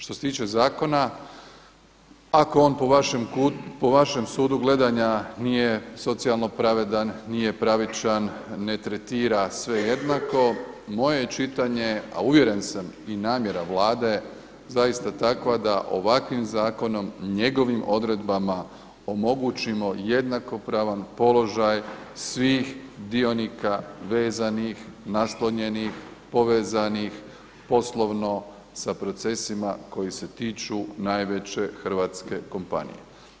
Što se tiče zakona, ako on po vašem sudu gledanja nije socijalno pravedan, nije pravičan, ne tretira sve jednako moje je čitanje, a uvjeren sam i namjera Vlade zaista takva da ovakvim zakonom, njegovim odredbama omogućimo jednakopravan položaj svih dionika vezanih, naslonjenih, povezanih poslovno sa procesima koji se tiču najveće hrvatske kompanije.